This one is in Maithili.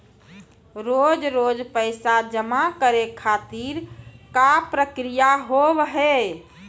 रोज रोज पैसा जमा करे खातिर का प्रक्रिया होव हेय?